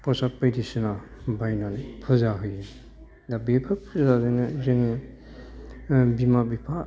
प्रसाद बायदिसिना बायनानै फुजा होयो दा बेफोर फुजाजोंनो जोङो बिमा बिफा